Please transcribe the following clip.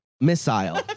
Missile